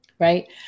Right